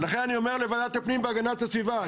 ולכן אני אומר לוועדת הפנים והגנת הסביבה,